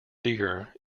deer